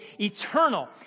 eternal